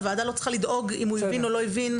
הוועדה לא צריכה לדאוג אם הוא הבין או לא הבין.